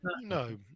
no